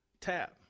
tab